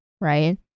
right